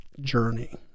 journey